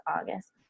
August